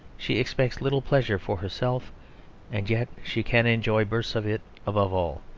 she expects little pleasure for herself and yet she can enjoy bursts of it above all,